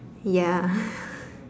ya